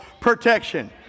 protection